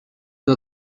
der